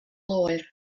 oer